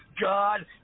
God